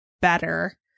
better